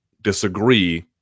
disagree